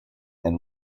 and